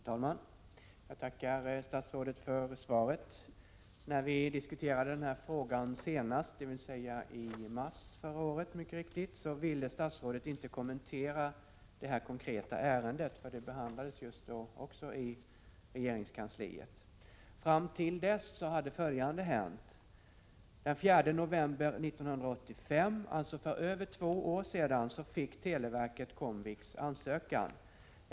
Herr talman! Jag tackar statsrådet för svaret på min interpellation. När vi diskuterade den här frågan senast, dvs. i mars förra året, ville statsrådet inte kommentera detta konkreta ärende. Det behandlades också då i regeringskansliet. Fram till dess hade följande hänt. Den 4 november 1985, alltså för över två år sedan, fick televerket Comviks ansökan.